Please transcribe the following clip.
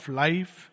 life